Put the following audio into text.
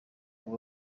ngo